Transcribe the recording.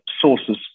sources